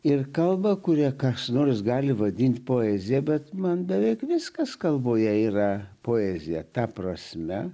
ir kalbą kurią kas nors gali vadint poezija bet man beveik viskas kalboje yra poezija ta prasme